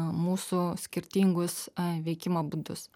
mūsų skirtingus veikimo būdus